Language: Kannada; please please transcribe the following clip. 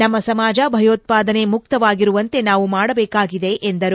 ನಮ್ಮ ಸಮಾಜ ಭಯೋತ್ಪಾದನೆ ಮುಕ್ತವಾಗಿರುವಂತೆ ನಾವು ಮಾಡಬೇಕಾಗಿದೆ ಎಂದರು